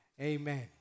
amen